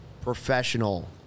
professional